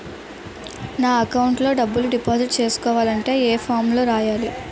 నా అకౌంట్ లో డబ్బులు డిపాజిట్ చేసుకోవాలంటే ఏ ఫామ్ లో రాయాలి?